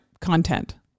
content